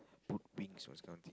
put wings all these